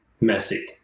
messy